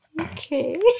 Okay